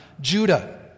Judah